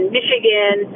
Michigan